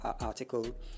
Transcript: article